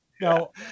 No